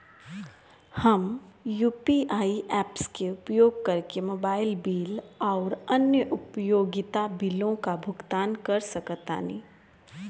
हम UPI apps के उपयोग करके मोबाइल बिल आउर अन्य उपयोगिता बिलों का भुगतान कर सकतानी